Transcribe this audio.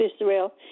Israel